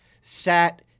sat